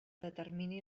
determini